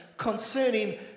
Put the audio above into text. concerning